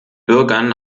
bürgern